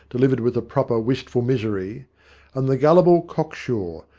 delivered with the proper wistful misery and the gullible-cocksure,